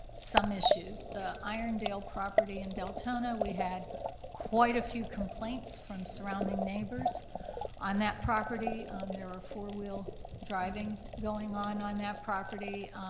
some issues. the irondale property in deltona, we had quite a few complaints from surrounding neighbors on that property. there were four wheel driving going on on that property.